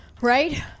Right